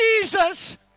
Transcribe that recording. Jesus